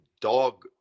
dog